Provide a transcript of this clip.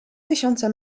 tysiące